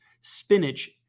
spinach